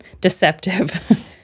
deceptive